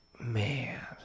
Man